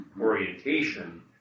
orientation